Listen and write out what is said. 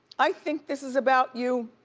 i think this is about you